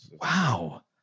Wow